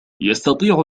يستطيع